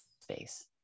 space